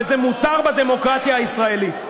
וזה מותר בדמוקרטיה הישראלית.